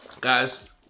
Guys